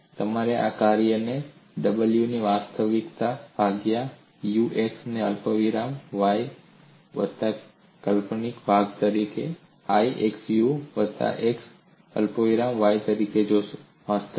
તો તમે આ કાર્ય w ને વાસ્તવિક ભાગ u x અલ્પવિરામ y વત્તા કાલ્પનિક ભાગ તરીકે i x v માં x અલ્પવિરામ y તરીકે જોશો